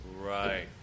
right